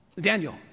Daniel